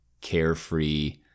carefree